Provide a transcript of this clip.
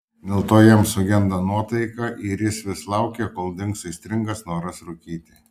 dėl to jam sugenda nuotaika ir jis vis laukia kol dings aistringas noras rūkyti